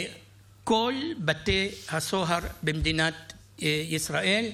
בכל בתי הסוהר במדינת ישראל.